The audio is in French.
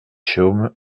chaumes